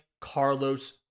Carlos